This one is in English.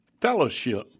fellowship